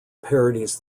parodies